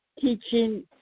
teaching